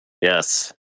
Yes